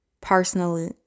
personally